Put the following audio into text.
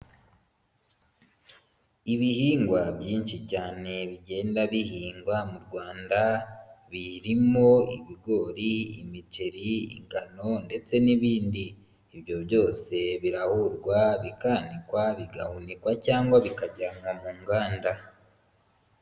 Ibihingwa byinshi cyane bigenda bihingwa mu Rwanda birimo ibigori, imiceri, ingano ndetse n'ibindi. Ibyo byose birahurwa, bikanikwa, bigahunikwa cyangwa bikajyanwa mu nganda.